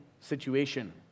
situation